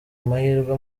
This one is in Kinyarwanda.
amahirwe